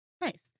Nice